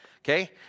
Okay